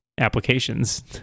applications